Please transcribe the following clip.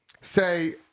say